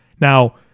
Now